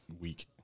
week